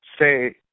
say